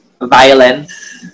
violence